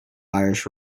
irish